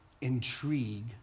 intrigue